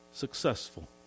successful